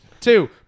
Two